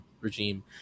regime